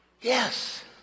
yes